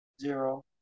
zero